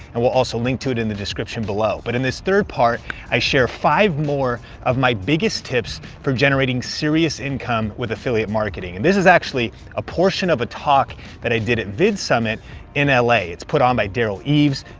and we'll also link to it in the description below. but in this third part i share five more of my biggest tips for generating serious income with affiliate marketing. and this is actually a portion of a talk that i did at vidsummit in la. it's put on by derral eves.